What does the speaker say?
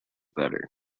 better